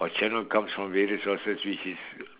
or channel comes from various sources which is